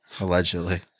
Allegedly